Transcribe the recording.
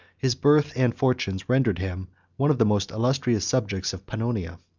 his birth and fortunes rendered him one of the most illustrious subjects of pannonia.